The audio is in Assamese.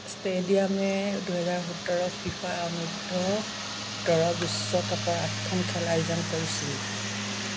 ষ্টেডিয়ামে দুহেজাৰ সোতৰ ফিফা অনূৰ্ধব সোতৰ বিশ্বকাপৰ আঠখন খেল আয়োজন কৰিছিল